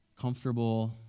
comfortable